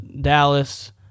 Dallas